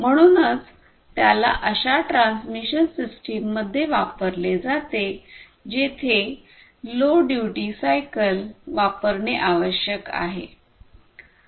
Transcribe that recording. म्हणूनच त्याला अशा ट्रान्समिशन सिस्टममध्ये वापरले जाते जेथे लो ड्यूटी सायकल वापरणे आवश्यक आहे